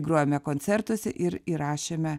grojome koncertuose ir įrašėme